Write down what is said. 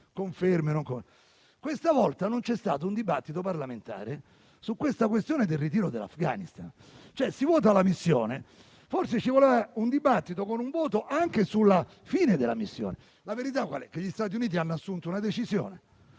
questa volta non c'è stato un dibattito parlamentare sulla questione del ritiro dall'Afghanistan. Si vota per la missione, ma forse ci vuole un dibattito con un voto anche sulla fine della missione. La verità è che gli Stati Uniti hanno assunto una decisione